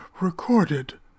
Recorded